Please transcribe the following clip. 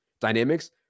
dynamics